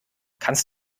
kannst